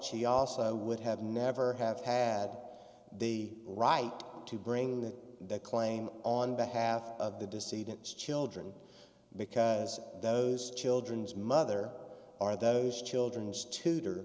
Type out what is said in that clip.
she also would have never have had the right to bring the claim on behalf of the deceit and children because those children's mother are those children's tutor